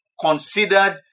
considered